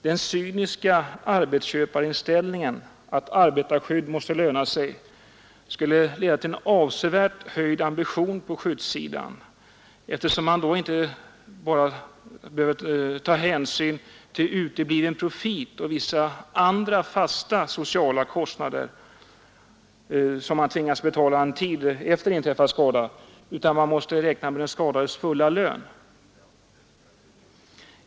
Den cyniska arbetsköparinställningen att arbetarskydd måste löna sig skulle leda till en avsevärt höjd ambition på skyddssidan, eftersom man då inte bara måste ta hänsyn till utebliven profit och vissa andra fasta sociala kostnader, som man tvingas betala en tid efter inträffad skada, utan även måste räkna med den skadades fulla lön.